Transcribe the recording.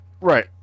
Right